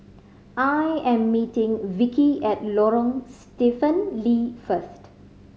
I am meeting Vickie at Lorong Stephen Lee first